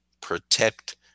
protect